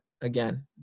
again